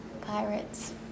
pirates